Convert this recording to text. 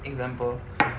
example